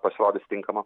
pasirodys tinkama